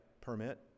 permit